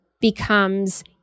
becomes